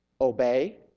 obey